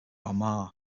armagh